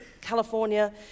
California